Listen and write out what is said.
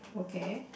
okay